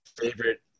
favorite